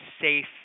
safe